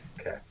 Okay